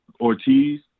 Ortiz